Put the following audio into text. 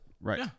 Right